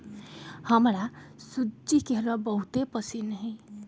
हमरा सूज्ज़ी के हलूआ बहुते पसिन्न हइ